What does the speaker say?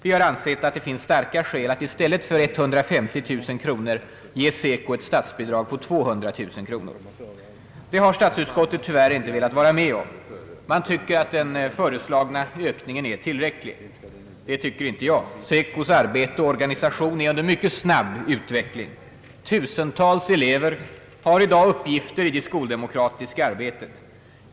Vi har ansett att det finns starka skäl att i stället för 150 000 kronor ge SECO ett statsbidrag på 200 000 kronor. Det har statsutskottet tyvärr inte velat vara med om. Man tycker den föreslagna ökningen är tillräcklig. Det tycker inte jag. SECO:s arbete och organisation är under mycket snabb utveckling. Tusentals elever har i dag uppgifter i det skoldemokratiska arbetet.